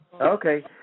Okay